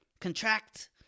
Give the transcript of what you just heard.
contract